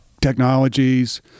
Technologies